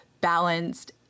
balanced